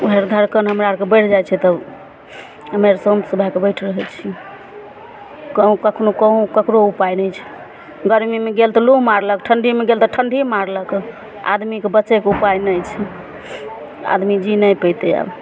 उहए धड़कन हमरा आरके बढ़ि जाइ छै तब हमे आर शान्त भए कऽ बैठ रहै छियै कहुँ कखनो कहुँ ककरो उपाइ नहि छै गरमीमे गेल तऽ लू मारलक ठंढीमे गेल तऽ ठंढी मारलक आदमीके बचेके उपाय नहि छै आदमी जी नहि पेतै आब